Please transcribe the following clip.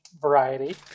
variety